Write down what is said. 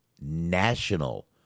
national